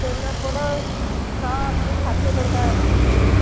ଛେନାପୋଡ଼ ଶହ ଆମର ଷାଠିଏ ଟଙ୍କା ପଡ଼େ